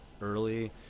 early